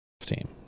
team